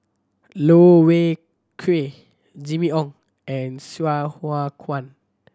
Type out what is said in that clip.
Loh Wai Kiew Jimmy Ong and Sai Hua Kuan